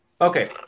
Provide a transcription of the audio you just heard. Okay